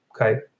okay